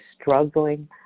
struggling